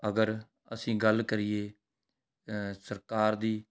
ਅਗਰ ਅਸੀਂ ਗੱਲ ਕਰੀਏ ਸਰਕਾਰ ਦੀ